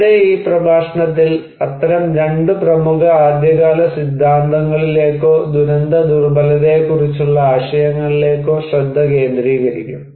ഇവിടെ ഈ പ്രഭാഷണത്തിൽ അത്തരം രണ്ട് പ്രമുഖ ആദ്യകാല സിദ്ധാന്തങ്ങളിലേക്കോ ദുരന്തദുർബലതയെക്കുറിച്ചുള്ള ആശയങ്ങളിലേക്കോ ശ്രദ്ധ കേന്ദ്രീകരിക്കും